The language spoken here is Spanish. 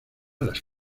las